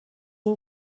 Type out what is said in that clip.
این